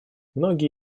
многие